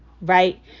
Right